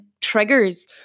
triggers